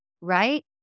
Right